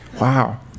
wow